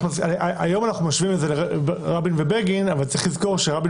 היום אנחנו משווים את זה לרבין ובגין אבל צריך לזכור שרבין